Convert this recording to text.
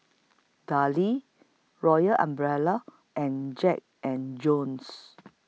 Darlie Royal Umbrella and Jack and Jones